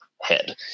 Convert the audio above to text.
head